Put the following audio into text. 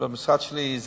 המשרד שלי,